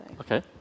Okay